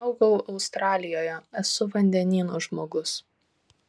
augau australijoje esu vandenyno žmogus